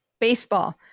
Baseball